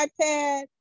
iPad